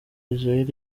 israel